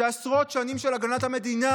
שעשרות שנים של הגנת המדינה